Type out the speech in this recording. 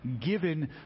given